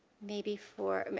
maybe for